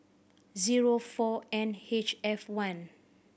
zero four N H F one